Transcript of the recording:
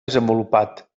desenvolupat